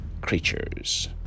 creatures